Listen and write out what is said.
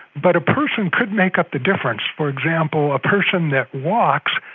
but a person could make up the difference. for example, a person that walks,